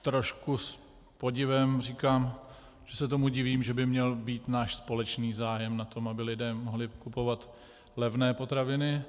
Trošku s podivem říkám, že se tomu divím, že by měl být náš společný zájem na tom, aby lidé mohli kupovat levné potraviny.